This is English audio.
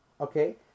okay